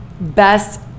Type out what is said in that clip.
Best